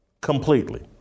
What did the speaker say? completely